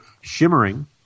shimmering